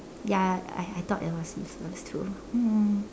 ya I I thought it was useless too mm